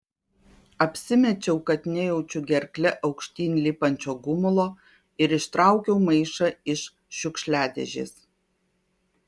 apsimečiau kad nejaučiu gerkle aukštyn lipančio gumulo ir ištraukiau maišą iš šiukšliadėžės